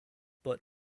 but